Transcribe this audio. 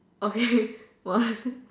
okay what